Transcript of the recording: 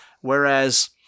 whereas